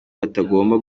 batagomba